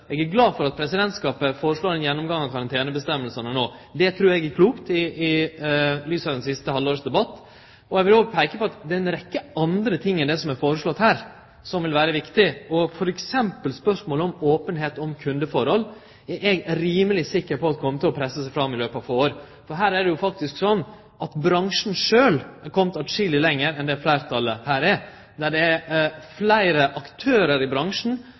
eg er glad for at Presidentskapet foreslår ein gjennomgang av karantenereglane no. Det trur eg er klokt i lys av det siste halvårets debatt. Eg vil òg peike på at det er ei rekkje andre ting enn det som er foreslått her, som vil vere viktig, f.eks. spørsmålet om openheit om kundeforhold. Det er eg rimeleg sikker på vil kome til å presse seg fram i løpet av få år. Her er det faktisk slik at bransjen sjølv har kome atskilleg lenger enn det fleirtalet her har. Det er fleire aktørar i bransjen